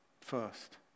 first